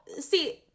see